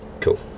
Cool